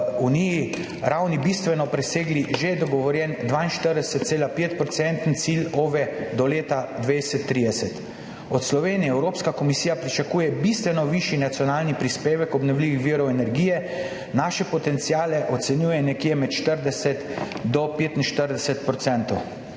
unije bistveno presegli že dogovorjen 42,5-odstotni cilj OVE do leta 2020–2030. Od Slovenije Evropska komisija pričakuje bistveno višji nacionalni prispevek obnovljivih virov energije, naše potenciale ocenjuje nekje med 40 in 45 %.